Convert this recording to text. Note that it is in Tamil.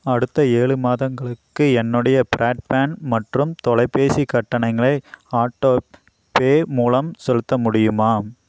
அடுத்த ஏழு மாதங்களுக்கு என்னுடைய பிராட்பேன்ட் மற்றும் தொலைபேசி கட்டணங்களை ஆட்டோ பே மூலம் செலுத்த முடியுமா